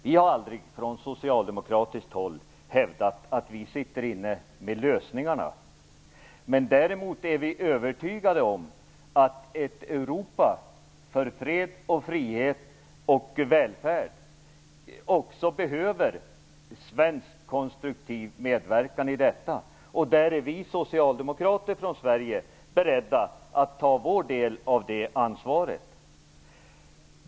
Vi har aldrig från socialdemokratiskt håll hävdat att vi sitter inne med lösningarna, men vi är däremot övertygade om att ett Europa för fred, frihet och välfärd också behöver en svensk konstruktiv medverkan. Vi socialdemokrater från Sverige är beredda att ta vår del av det ansvaret.